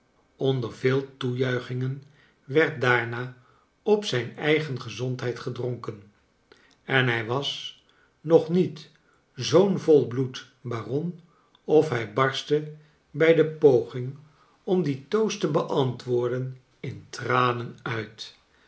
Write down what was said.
onder veel toejuichingen werd daarna op zijn eigen gezondheid gedronken en hij was nog niet zoo'n volbloed baron of liij barstte bij de poging om dien toost te beantwoorden in tranen uit